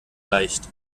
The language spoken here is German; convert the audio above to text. leicht